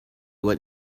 what